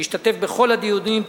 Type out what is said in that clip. שהשתתף בכל הדיונים,